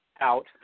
out